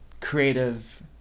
creative